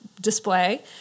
display